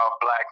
black